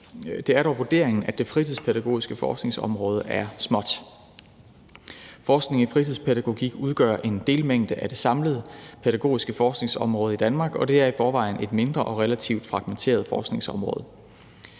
Det er dog vurderingen, at det fritidspædagogiske forskningsområde er småt. Forskning i fritidspædagogik udgør en delmængde af det samlede pædagogiske forskningsområde i Danmark, og det er i forvejen et mindre og relativt fragmenteret forskningsområde.